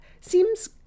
seems